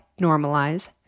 normalize